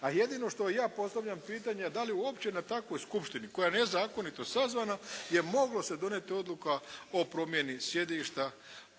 a jedino što ja postavljam pitanje da li uopće na takvoj skupštini koja je nezakonito sazvana je moglo se donijeti se odluka o promjeni sjedišta,